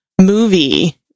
movie